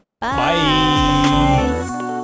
Bye